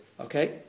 Okay